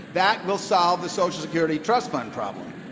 that will solve the social security trust fund problem.